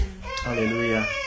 hallelujah